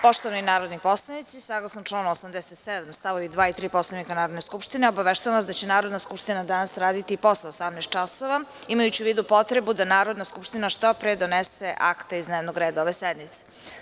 Poštovani narodni poslanici, saglasno članu 87. stavovi 2. i 3. Poslovnika Narodne skupštine, obaveštavam vas da će Narodna skupština danas raditi i posle 18,00 časova, imajući u vidu potrebu da Narodna skupština što pre donese akte iz dnevnog reda ove sednice.